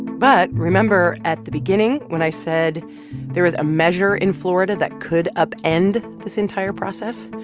but remember at the beginning when i said there was a measure in florida that could upend this entire process?